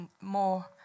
more